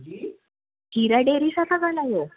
जी Heera dairy सां था ॻाल्हायो